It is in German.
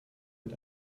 mit